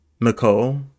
Nicole